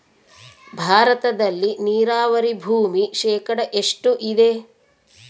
ಭಾರತದಲ್ಲಿ ನೇರಾವರಿ ಭೂಮಿ ಶೇಕಡ ಎಷ್ಟು ಇದೆ?